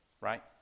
right